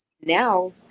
now